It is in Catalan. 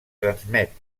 transmet